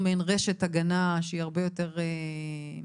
מעין רשת הגנה שהיא הרבה יותר הגיונית,